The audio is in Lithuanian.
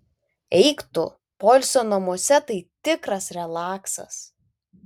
eik tu poilsio namuose tai tikras relaksas